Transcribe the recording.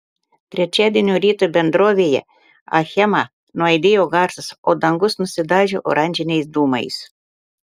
trečiadienio rytą bendrovėje achema nuaidėjo garsas o dangus nusidažė oranžiniais dūmais